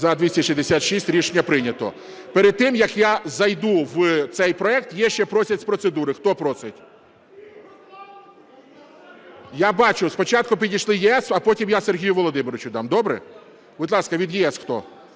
За-266 Рішення прийнято. Перед тим як я зайду в цей проект, є, ще просять з процедури. Хто просить? Я бачу. Спочатку підійшли "ЄС", а потім я Сергію Володимировичу дам, добре? Будь ласка. Від "ЄС" хто?